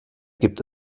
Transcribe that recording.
gibt